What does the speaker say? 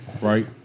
right